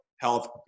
health